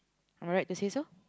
I'm right to say so